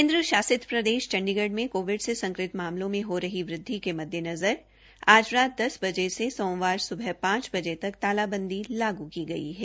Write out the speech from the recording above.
केन्द्र शासित प्रदेश चंडीगढ़ में कोविड से संक्रमित मामलों में हो रही वृद्धि के मद्देनज़र आज रात दस बजे से सोमवार सुबह पांच बजे तक तालाबंदी लागू की गई है